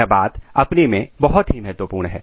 यह बात अपने आप में बहुत ही महत्वपूर्ण है